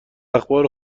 اخبار